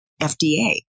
FDA